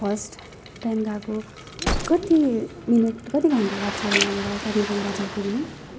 first time गएको कति minute minute कति घन्टा लाग्छ यहाँबाट कालिम्पोङ बजार पुग्नु